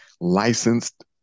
licensed